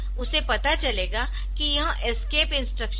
उसे पता चलेगा कि यह एस्केप इंस्ट्रक्शन है